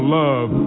love